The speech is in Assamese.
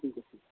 ঠিক আছে